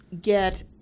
get